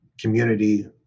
community